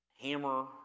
hammer